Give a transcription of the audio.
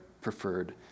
preferred